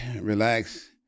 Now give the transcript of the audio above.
relax